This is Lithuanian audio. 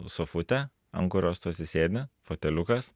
sofutė ant kurios tu atsisėdi foteliukas